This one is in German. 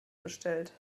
bestellt